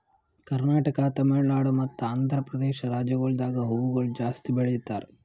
ಕರ್ನಾಟಕ, ತಮಿಳುನಾಡು ಮತ್ತ ಆಂಧ್ರಪ್ರದೇಶ ರಾಜ್ಯಗೊಳ್ದಾಗ್ ಹೂವುಗೊಳ್ ಜಾಸ್ತಿ ಬೆಳೀತಾರ್